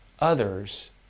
others